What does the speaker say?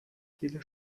jede